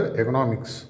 economics